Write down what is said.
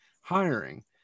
hiring